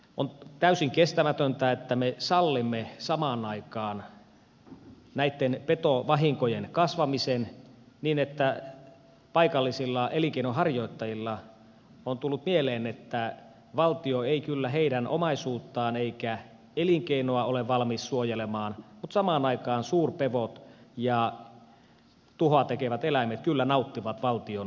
on täysin kestämätöntä että me samaan aikaan sallimme näitten petovahinkojen kasvamisen niin että paikallisille elinkeinonharjoittajille on tullut mieleen että valtio ei kyllä heidän omaisuuttaan eikä elinkeinoaan ole valmis suojelemaan mutta samaan aikaan suurpedot ja tuhoa tekevät eläimet kyllä nauttivat valtion suojelusta